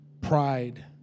Pride